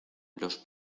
los